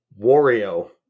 Wario